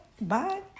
bye